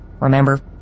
Remember